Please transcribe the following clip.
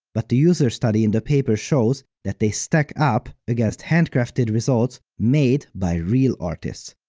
but the user study in the paper shows that they stack up against handcrafted results made by real artists.